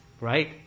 right